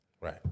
Right